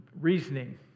reasoning